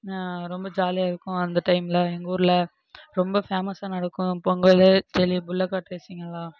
ரொம்ப ஜாலியாக இருக்கும் அந்த டைமில் எங்கள் ஊரில் ரொம்ப ஃபேமஸாக நடக்கும் பொங்கல் புல்லக் கார்ட் ரேஸிங்கெல்லாம்